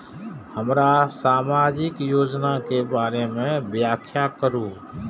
हमरा सामाजिक योजना के बारे में व्याख्या करु?